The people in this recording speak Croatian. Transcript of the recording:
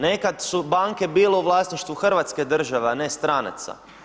Nekad su banke bile u vlasništvu hrvatske države, a ne stranaca.